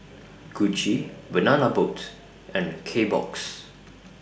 Gucci Banana Boat and Kbox